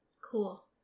Cool